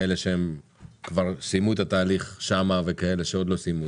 כאלה שכבר סיימו את התהליך שמה וכאלה שעוד לא סיימו?